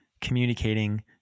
communicating